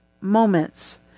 moments